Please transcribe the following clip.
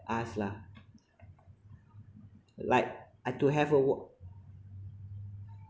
us lah like I to have a work